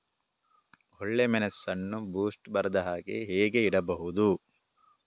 ಒಳ್ಳೆಮೆಣಸನ್ನು ಬೂಸ್ಟ್ ಬರ್ದಹಾಗೆ ಹೇಗೆ ಇಡಬಹುದು?